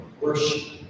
worship